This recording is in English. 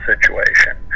situation